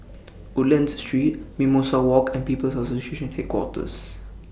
Woodlands Street Mimosa Walk and People's Association Headquarters